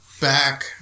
back